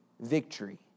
victory